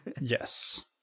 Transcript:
Yes